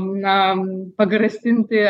na pagrasinti